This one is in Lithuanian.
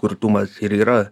kurtumas ir yra